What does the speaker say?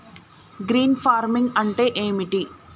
Green farming అంటే ఏమిటి?